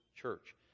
church